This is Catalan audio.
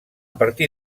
partir